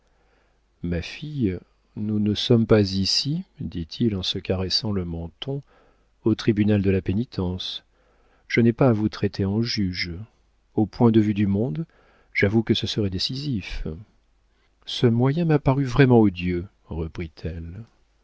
ma fille nous ne sommes pas ici dit-il en se caressant le menton au tribunal de la pénitence je n'ai pas à vous traiter en juge au point de vue du monde j'avoue que ce serait décisif ce moyen m'a paru vraiment odieux